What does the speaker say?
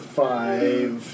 five